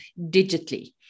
digitally